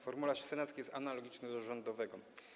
Formularz senacki jest analogiczny do rządowego.